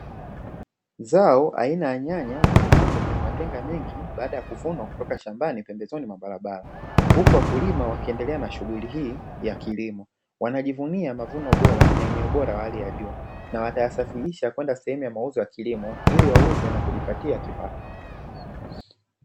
Zao aina ya nyanya ,zimepangwa kwenye matenga mengi baaada ya kuvunwa kutoka shambani pembezoni mwa barabara. Huku wakulima wakiendelea na shughuli hii ya kilimo. Wanajivunia mavuno bora na yenye ubora wa hali ya juu na watayasafirisha kwenda sehemu ya mauzo ya kilimo ili wauze na kujipatia kipato.